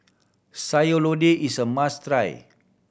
Sayur Lodeh is a must try